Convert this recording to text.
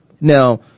Now